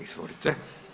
Izvolite.